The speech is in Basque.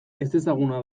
ezezaguna